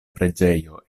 preĝejo